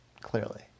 clearly